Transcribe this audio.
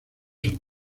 son